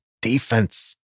defense